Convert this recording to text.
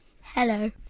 Hello